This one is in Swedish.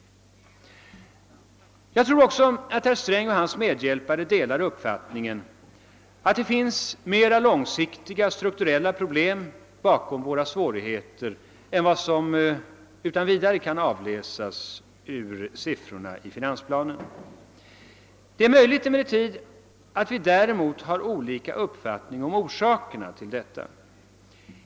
Jag tror också att herr Sträng och hans medhjälpare delar den uppfattningen, att det finns mera långsiktiga strukturella problem bakom våra svårigheter än vad som utan vidare kan utläsas ur siffrorna i finansplanen. Det är emellertid möjligt att vi däremot har olika uppfattningar om orsaken till detta.